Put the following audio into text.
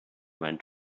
went